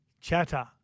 chatter